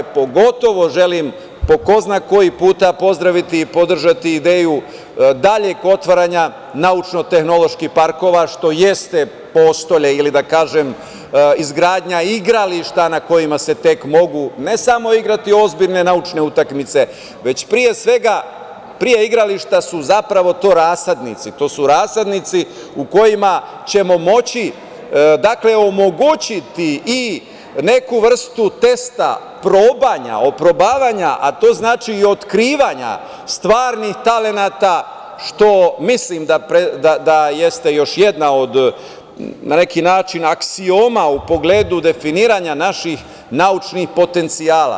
Pogotovo želim, po ko zna koji put, pozdraviti i podržati ideju daljeg otvaranja naučno-tehnoloških parkova, što jeste postolje ili izgradnja igrališta na kojima se tek mogu, ne samo igrati ozbiljne naučne utakmice, već, pre svega, pre igrališta su zapravo to rasadnici u kojima ćemo moći omogućiti i neku vrstu testa, probanja, oprobavanja, a to znači i otkrivanja stvarnih talenata, što mislim da jeste još jedna od, na neki način, aksioma u pogledu definiranja naših naučnih potencijala.